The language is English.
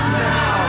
now